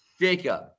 Jacob